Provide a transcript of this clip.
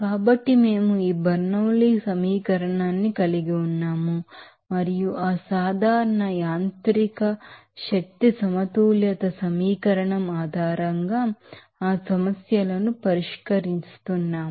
కాబట్టి మేము ఈ బెర్నౌలీ సమీకరణాన్ని కలిగి ఉన్నాము మరియు ఆ general mechanical energy balance equation ఆధారంగా ఆ సమస్యలను పరిష్కరిస్తున్నాము